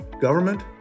government